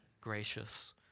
gracious